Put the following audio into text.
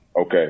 Okay